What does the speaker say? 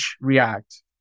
React